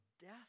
death